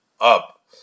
up